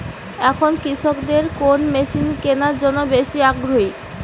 এখন কৃষকদের কোন মেশিন কেনার জন্য বেশি আগ্রহী?